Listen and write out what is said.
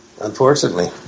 unfortunately